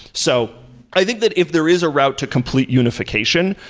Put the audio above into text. so i think that if there is a route to complete unification,